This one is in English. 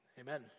Amen